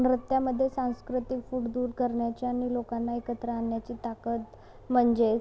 नृत्यामध्ये सांस्कृतिक फूट दूर करण्याची आणि लोकांना एकत्र आणण्याची ताकद म्हणजेच